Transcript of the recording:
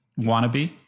wannabe